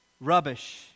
rubbish